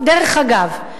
דרך אגב.